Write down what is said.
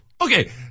Okay